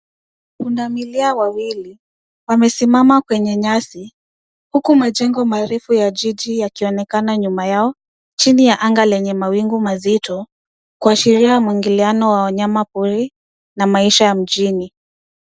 Pundamilia wawili wamesimama kwenye nyasi huku majengo marefu ya jiji yakionekana nyuma yao chini ya anga lenye mawingu mazito kuashiria mwingiliano wa wanyama pori na maisha ya mjini.